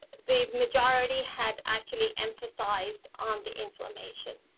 the majority had actually emphasized on the inflammation.